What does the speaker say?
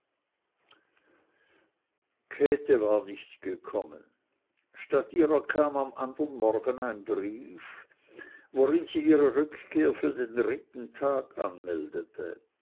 käthe war nicht gekommen statt ihrer kam am anderen morgen ein brief worin sie ihre rückkehr für den dritten tag anmeldete